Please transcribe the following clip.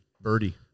birdie